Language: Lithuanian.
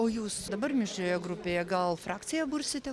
o jūs dabar mišrioje grupėje gal frakciją bursite